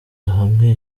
hamwe